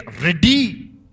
ready